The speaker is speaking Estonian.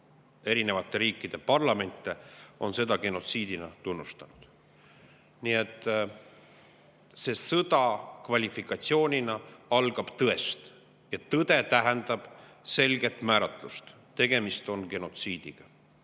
eri riikide parlamente on seda genotsiidiks nimetanud. Nii et selle sõja kvalifikatsioon algab tõest. Ja tõde tähendab selget määratlust: tegemist on genotsiidiga.